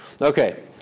Okay